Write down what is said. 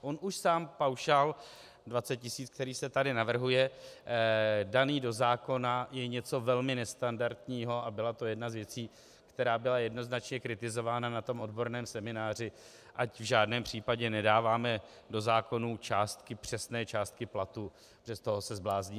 On už sám paušál 20 tisíc, který se tady navrhuje, daný do zákona, je něco velmi nestandardního a byla to jedna z věcí, která byla jednoznačně kritizována na tom odborném semináři, ať v žádném případě nedáváme do zákonů přesné částky platů, protože z toho se zblázníme.